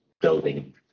building